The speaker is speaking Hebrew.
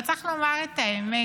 אבל צריך לומר את האמת: